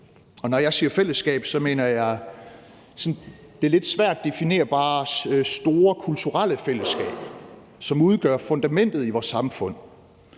Når jeg siger fællesskab, mener jeg det lidt svært definerbare store kulturelle fællesskab, som udgør fundamentet i vores samfund,